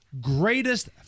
greatest